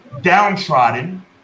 downtrodden